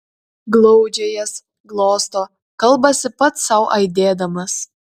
glaudžia jas glosto kalbasi pats sau aidėdamas